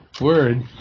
word